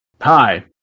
Hi